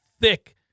thick